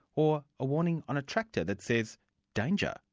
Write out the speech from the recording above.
or a warning on a tractor that says danger!